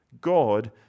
God